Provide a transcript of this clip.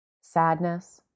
sadness